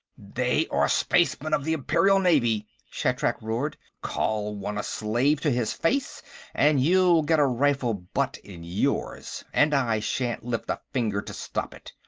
they are spacemen of the imperial navy, shatrak roared. call one a slave to his face and you'll get a rifle-butt in yours. and i shan't lift a finger to stop it.